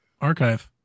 archive